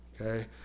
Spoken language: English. okay